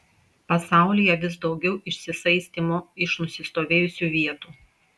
pasaulyje vis daugiau išsisaistymo iš nusistovėjusių vietų